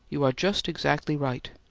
you are just exactly right.